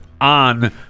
on